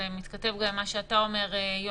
זה מתכתב גם עם מה שאתה אומר, יונתן.